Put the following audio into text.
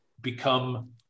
become